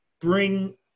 bring